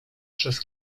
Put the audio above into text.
przez